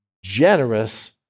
Generous